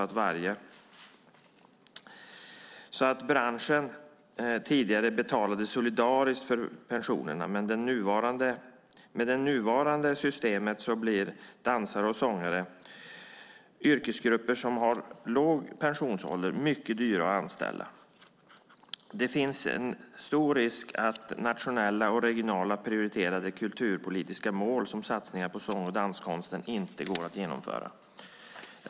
Tidigare betalade branschen solidariskt för pensionerna, men med det nuvarande systemet blir dansare och sångare, yrkesgrupper som har låg pensionsålder, mycket dyra att anställa. Det finns en stor risk att nationellt och regionalt prioriterade kulturpolitiska mål, som satsningar på sång och danskonsten, inte går att genomföra.